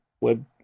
web